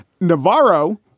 Navarro